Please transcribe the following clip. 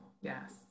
Yes